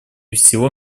всего